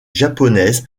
japonaise